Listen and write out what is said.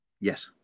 yes